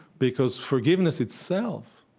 because forgiveness itself,